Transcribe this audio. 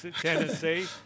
Tennessee